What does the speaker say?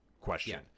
question